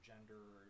gender